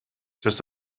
just